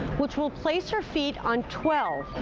which will place her feet on twelve,